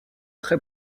très